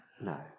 No